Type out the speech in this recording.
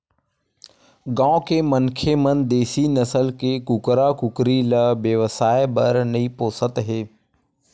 गाँव के मनखे मन देसी नसल के कुकरा कुकरी ल बेवसाय बर नइ पोसत हे